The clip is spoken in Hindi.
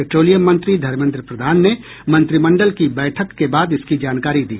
पेट्रोलियम मंत्री धर्मेंद्र प्रधान ने मंत्रिमंडल की बैठक के बाद इसकी जानकारी दी